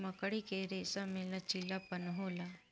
मकड़ी के रेसम में लचीलापन होला